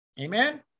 Amen